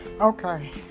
Okay